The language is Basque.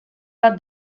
bat